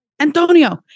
Antonio